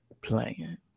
playing